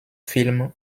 film